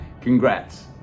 Congrats